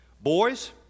Boys